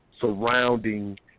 surrounding